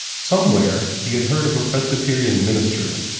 somewhere he had heard of a presbyterian minister,